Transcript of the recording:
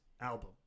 album